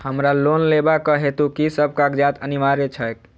हमरा लोन लेबाक हेतु की सब कागजात अनिवार्य छैक?